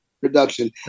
production